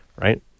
right